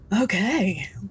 Okay